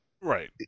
right